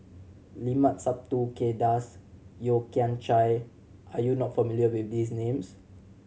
Limat Sabtu Kay Das Yeo Kian Chye are you not familiar with these names